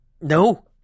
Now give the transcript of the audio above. No